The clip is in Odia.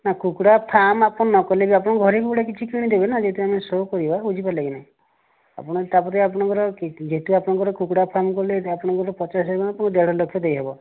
ନା କୁକୁଡ଼ା ଫାର୍ମ ଆପଣ ନ କଲେ ବି ଆପଣଙ୍କ ଘରେ ବି ଗୋଟେ କିଛି କିଣିଦେବେ ନା ଯେହେତୁ ଆମେ ସୋ କରିବା ବୁଝିପାରିଲେ କି ନାହିଁ ଆପଣ ତାପରେ ଆପଣଙ୍କର ଯେହେତୁ ଆପଣଙ୍କର କୁକୁଡ଼ା ଫାର୍ମ କଲେ ଆପଣଙ୍କର ପଚାଶ ହଜାରରୁ ଦେଢ଼ ଲକ୍ଷ ଦେଇହେବ